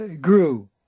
grew